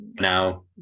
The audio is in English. now